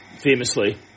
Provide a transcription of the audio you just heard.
famously